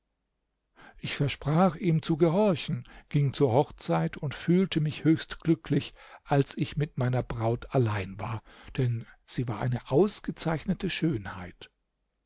ich versprach ihm zu gehorchen ging zur hochzeit und fühlte mich höchst glücklich als ich mit meiner braut allein war denn sie war eine ausgezeichnete schönheit